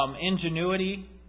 ingenuity